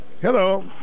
Hello